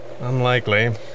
Unlikely